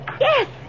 Yes